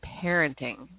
parenting